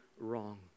wrong